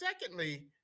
Secondly